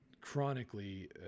chronically